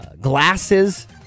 glasses